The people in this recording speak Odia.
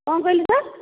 କ'ଣ କହିଲେ ସାର୍